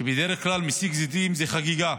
ובדרך כלל מסיק זיתים זה חגיגה.